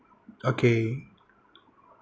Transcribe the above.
okay